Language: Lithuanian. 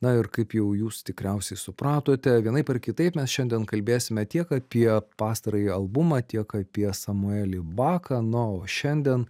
na ir kaip jau jūs tikriausiai supratote vienaip ar kitaip mes šiandien kalbėsime tiek apie pastarąjį albumą tiek apie samuelį baką na o šiandien